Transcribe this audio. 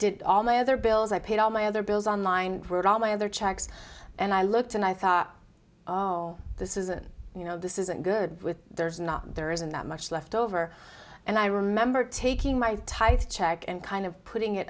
did all my other bills i paid all my other bills online wrote all my other checks and i looked and i thought this isn't you know this isn't good with there's not there isn't that much left over and i remember taking my tight check and kind of putting it